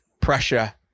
Pressure